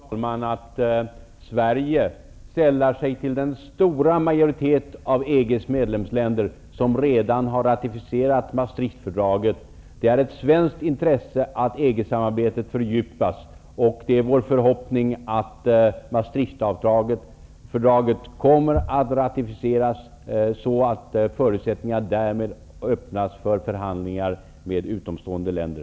Fru talman! Jag känner stolthet över att Sverige sällar sig till den stora majoritet av EG:s medlemsländer som redan har ratificerat Maastrichtfördraget. Det är ett svenskt intresse att EG-samarbetet fördjupas. Det är vår förhoppning att Maastrichtfördraget kommer att ratificeras och att förutsättningar därmed öppnas för förhandlingar med utomstående länder.